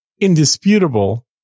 indisputable